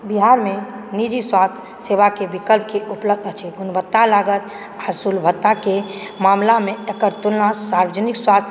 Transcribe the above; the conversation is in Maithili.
बिहारमे निजी स्वास्थ्य सेवाके विकल्पके उपलब्धता छै गुणवत्ता लागत आ सुलभताके मामलामे एकर तुलना सार्वजनिक स्वास्थ्य